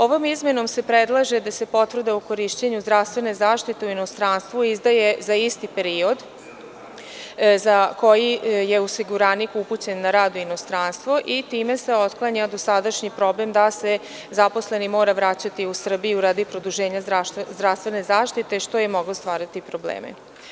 Ovom izmenom se predlaže da se potvrda o korišćenju zdravstvene zaštite u inostranstvu izdaje za isti period za koji je osiguranik upućen na rad u inostranstvo i time se otklanja dosadašnji problem da se zaposleni mora vraćati u Srbiju radi produženja zdravstvene zaštite, što je moglo stvarati probleme.